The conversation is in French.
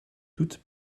toute